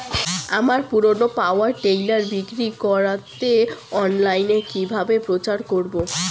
আমার পুরনো power tiller বিক্রি করাতে অনলাইনে কিভাবে প্রচার করব?